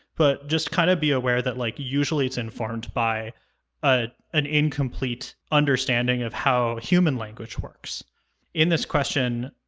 but just kind of be aware that, like, usually it's informed by ah an incomplete understanding of how human language works. eli in this question,